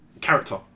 character